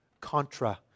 contra